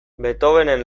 beethovenen